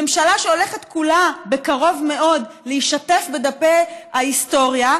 ממשלה שהולכת כולה בקרוב מאוד להישטף בדפי ההיסטוריה.